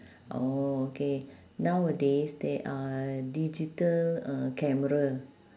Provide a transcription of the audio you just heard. oh okay nowadays there are digital uh camera